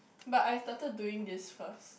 but I started doing this first